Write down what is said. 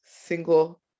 single